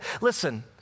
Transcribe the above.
listen